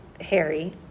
Harry